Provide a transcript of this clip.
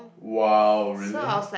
!wow! really